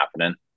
happening